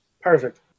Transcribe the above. Perfect